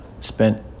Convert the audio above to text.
Spent